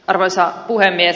arvoisa puhemies